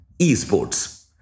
eSports